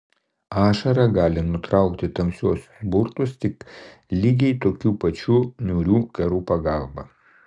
ašara gali nutraukti tamsiuosius burtus tik lygiai tokių pačių niūrių kerų pagalba